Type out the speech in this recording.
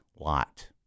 lot